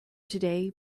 today